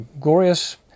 glorious